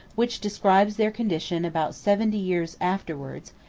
which describes their condition about seventy years afterwards,